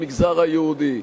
במגזר היהודי,